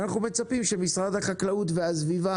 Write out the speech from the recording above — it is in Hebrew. אנחנו מצפים שמשרד החקלאות והמשרד להגנת הסביבה